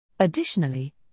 Additionally